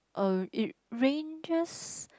uh it ranges